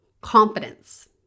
Confidence